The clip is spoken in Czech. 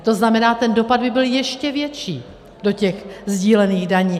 To znamená, ten dopad by byl ještě větší do těch sdílených daní.